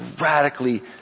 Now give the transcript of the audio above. radically